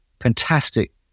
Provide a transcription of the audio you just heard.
fantastic